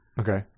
Okay